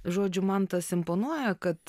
žodžiu man tas imponuoja kad